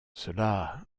cela